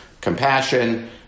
compassion